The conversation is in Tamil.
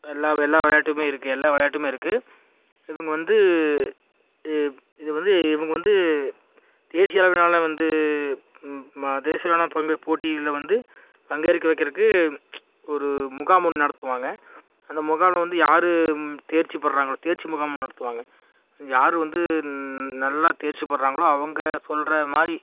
எல்லா எல்லா விளையாட்டுமே இருக்குது எல்லா விளையாட்டுமே இருக்குது இவங்க வந்து இ இது வந்து இவங்க வந்து தேசிய அளவிலான வந்து மா தேசிய அளவிலான வந்து போட்டியில் வந்து பங்கேற்க வைக்கிறதுக்கு ஒரு முகாம் ஒன்று நடத்துவாங்க அந்த முகாம் வந்து யார் தேர்ச்சி பெறுகிறாங்களோ தேர்ச்சி முகாம் நடத்துவாங்க யார் வந்து நல்லா தேர்ச்சி பெறுகிறாங்களோ அவங்க சொல்கிற மாதிரி